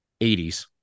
80s